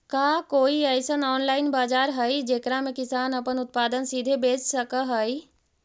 का कोई अइसन ऑनलाइन बाजार हई जेकरा में किसान अपन उत्पादन सीधे बेच सक हई?